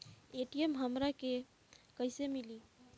ATM हमरा के कइसे मिली?